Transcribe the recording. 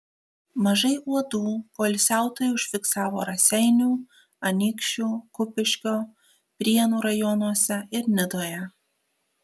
mažai uodų poilsiautojai užfiksavo raseinių anykščių kupiškio prienų rajonuose ir nidoje